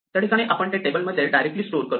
याठिकाणी आपण ते टेबल मध्ये डायरेक्टली स्टोअर करतो